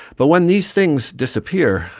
but when these things disappear,